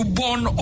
born